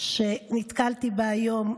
מזעזעת שנתקלתי בה היום.